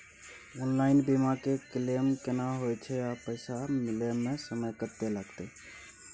Online बीमा के claim केना होय छै आ पैसा मिले म समय केत्ते लगतै?